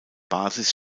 basis